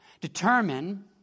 determine